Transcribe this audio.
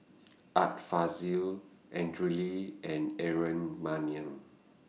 Art Fazil Andrew Lee and Aaron Maniam